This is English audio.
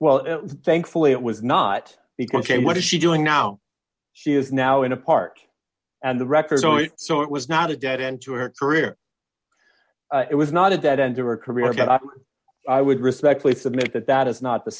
well thankfully it was not because what is she doing now she is now in a part and the record so it so it was not a dead end to her career it was not a dead end or a career that i would respectfully submit that that is not the